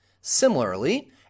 Similarly